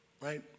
right